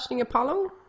apollo